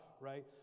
Right